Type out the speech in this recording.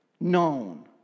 known